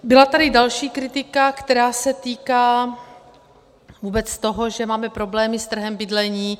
Byla tady další kritika, která se týká vůbec toho, že máme problémy s trhem bydlení.